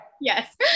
Yes